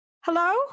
Hello